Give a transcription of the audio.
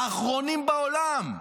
האחרונים בעולם.